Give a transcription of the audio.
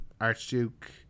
Archduke